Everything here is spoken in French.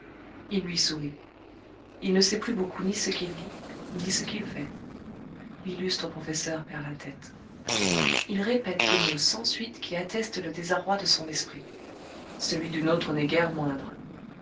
il lui sourit il ne sait plus beaucoup ni ce qu'il dit ni ce qu'il fait l'illustre professeur perd la tête il répète des mots sans suite qui attestent le désarroi de son esprit celui du nôtre n'est guère moindre